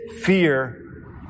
fear